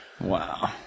wow